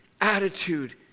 attitude